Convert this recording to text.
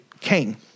king